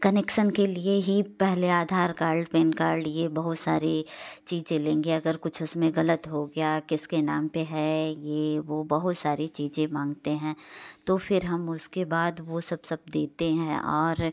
connection के लिए ही पहेले आधार काल्ड पैन काल्ड ये बहुत सारी चीजे लेंगे अगर कुछ उसमें गलत हो गया किसके नाम पर है ये वो बहुत सारी चीजें मांगते हैं तो फिर हम उसके बाद वो सब सब देते हैं और